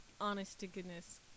honest-to-goodness